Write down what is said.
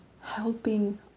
helping